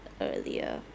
earlier